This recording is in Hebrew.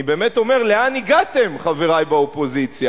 אני באמת אומר, לאן הגעתם, חברי באופוזיציה?